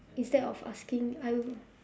instead of asking I'll